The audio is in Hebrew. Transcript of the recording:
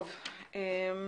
להם,